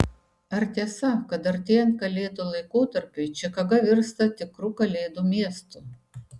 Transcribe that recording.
ar tiesa kad artėjant kalėdų laikotarpiui čikaga virsta tikru kalėdų miestu